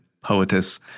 poetess